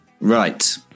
Right